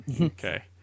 Okay